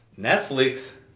Netflix